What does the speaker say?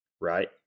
right